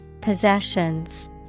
Possessions